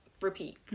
Repeat